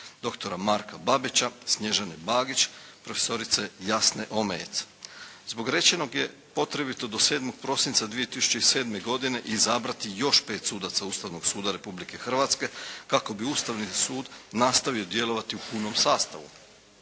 doktora Marka Babića, Snježane Bagić, profesorice Jasne Omejec. Zbog rečenog je potrebito do 7. prosinca 2007. godine izabrati još pet sudaca Ustavnog suda Republike Hrvatske kako bi Ustavni sud nastavio djelovati u punom sastavu.